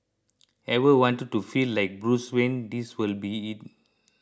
ever wanted to feel like Bruce Wayne this will be it